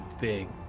big